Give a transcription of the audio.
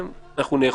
אנחנו דנים